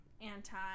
anti